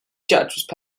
judge